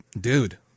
dude